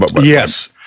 yes